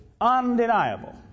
undeniable